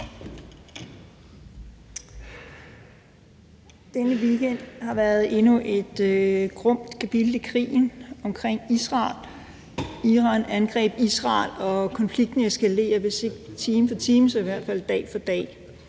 Denne weekend har været endnu et grumt kapitel i krigen omkring Israel. Iran angreb Israel og konflikten eskalerer hvis ikke time for time så i hvert fald dag for dag.